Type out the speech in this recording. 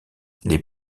les